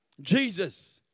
Jesus